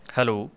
hello